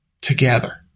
together